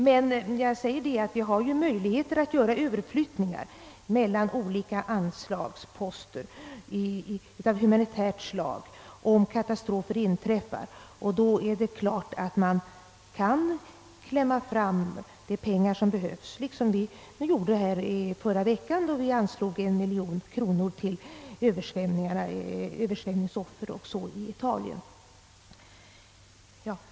Men det finns möjligheter att göra överflyttningar mellan olika anslagsposter för humanitära ändamål, om katastrofer inträffar, och därvid klämma fram en del pengar. Det skedde t.ex. förra veckan då vi anslog 1 miljon kronor till översvämningsoffren i Italien.